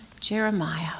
Jeremiah